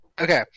Okay